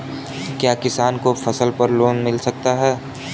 क्या किसानों को फसल पर लोन मिल सकता है?